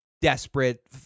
desperate